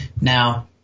Now